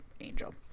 Angel